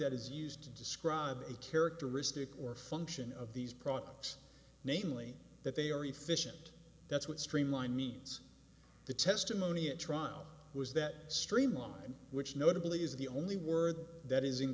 that is used to describe a characteristic or function of these products namely that they are a fish and that's what streamline means the testimony at trial was that streamline which notably is the only word that is in